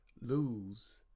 lose